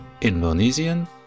Indonesian